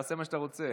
תעשה מה שאתה רוצה.